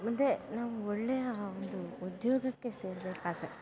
ಮುಂದೆ ನಾವು ಒಳ್ಳೆಯ ಒಂದು ಉದ್ಯೋಗಕ್ಕೆ ಸೇರಬೇಕಾದ್ರೆ